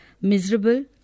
miserable